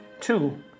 Two